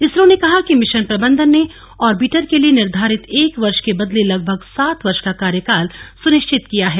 इसरो ने कहा कि मिशन प्रबंधन ने ऑर्बिटर के लिए निर्घारित एक वर्ष के बदले लगभग सात वर्ष का कार्यकाल सुनिश्चित किया है